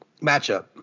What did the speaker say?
matchup